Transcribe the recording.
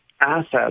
assets